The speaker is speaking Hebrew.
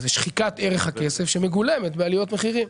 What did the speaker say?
זה שחיקת ערך הכסף שמגולמת בעליות מחירים.